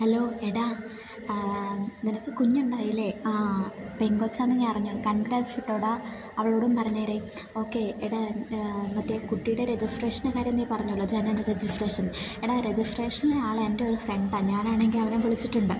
hello എടാ നിനക്ക് കുഞ്ഞുണ്ടായില്ലേ പെങ്കൊച്ചാണെന്നു ഞാനറിഞ്ഞു കൺഗ്രാറ്റ്സ് കേട്ടോടാ അവളോടും പറഞ്ഞേരേ ഓക്കെ എടാ മറ്റേ കുട്ടിയുടെ രജിസ്ട്രേഷൻ കാര്യം നീ പറഞ്ഞുവല്ലോ ജനന രജിസ്ട്രേഷൻ എടാ രജിസ്ട്രേഷനിലെ ആളേ എൻ്റെ ഒരു ഫ്രണ്ടാണ് ഞാനാണെങ്കിൽ അവനെ വിളിച്ചിട്ടുണ്ട്